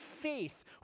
faith